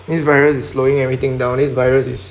this virus is slowing everything down this virus is